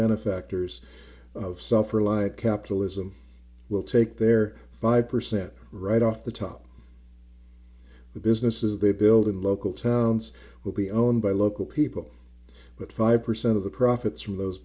benefactors of suffer like capitalism will take their five percent right off the top the businesses they build in local towns will be owned by local people but five percent of the profits from those